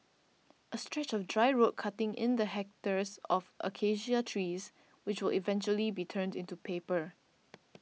a stretch of dry road cutting in the hectares of Acacia trees which will eventually be turned into paper